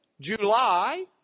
July